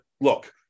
look